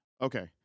Okay